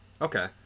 Okay